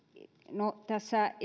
no tässä